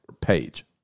page